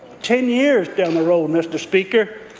ten years down the road, mr. speaker.